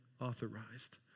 authorized